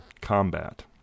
combat